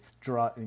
draw